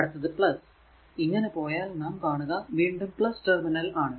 അടുത്ത് ഇങ്ങനെ പോയാൽ നാം കാണുക വീണ്ടും ടെർമിനൽ ആണ്